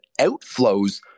outflows